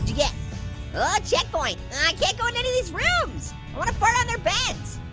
yeah oh checkpoint. i can't go in any of these rooms. i wanna fart on their beds.